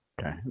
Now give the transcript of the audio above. Okay